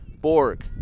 Borg